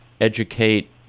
educate